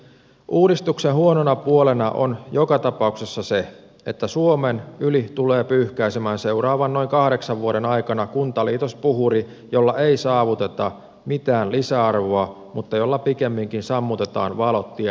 uudistuksen huonona puolena on joka tapauksessa se että suomen yli tulee pyyhkäisemään seuraavan noin kahdeksan vuoden aikana kuntaliitospuhuri jolla ei saavuteta mitään lisäarvoa mutta jolla pikemminkin sammutetaan valot tietyiltä alueilta